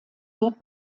wird